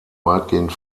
weitgehend